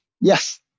Yes